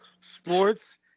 sports